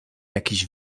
jakiś